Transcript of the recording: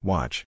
Watch